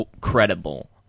credible